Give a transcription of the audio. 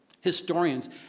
Historians